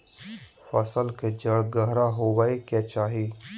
फसल के जड़ गहरा होबय के चाही